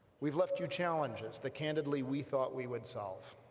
we've left you challenges that candidly we thought we would solve.